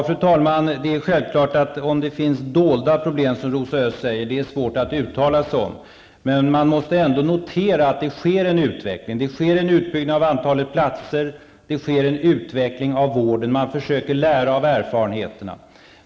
Fru talman! Rosa Östh säger att det finns dolda problem. Det är självfallet svårt att uttala sig om detta. Men man måste ändå notera att det sker en utbyggnad av antalet platser och att det sker en utveckling av vården; man försöker lära av erfarenheterna.